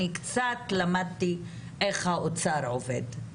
אני קצת למדתי איך האוצר עובד.